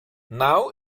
now